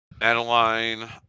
Adeline